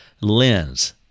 lens